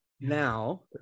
now